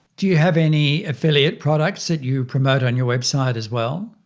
do you have any affiliate products that you promote on your website as well?